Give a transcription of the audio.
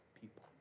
people